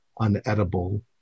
unedible